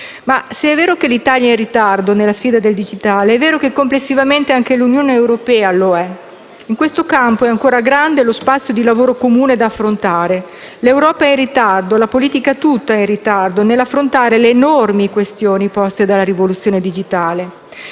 Se però è vero che l'Italia è in ritardo nella sfida del digitale, è pur vero che complessivamente anche l'Unione europea lo è; in questo campo è ancora grande lo spazio di lavoro comune da affrontare. L'Europa è in ritardo, la politica tutta è in ritardo nell'affrontare le enormi questioni poste dalla rivoluzione digitale.